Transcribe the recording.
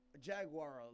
jaguar